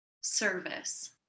service